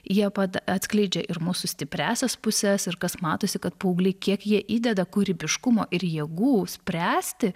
jie pad atskleidžia ir mūsų stipriąsias puses ir kas matosi kad paaugliai kiek jie įdeda kūrybiškumo ir jėgų spręsti